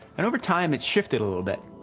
and over time, it shifted a little bit.